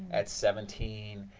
at seventeen?